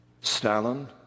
Stalin